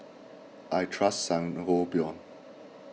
I trust Sangobion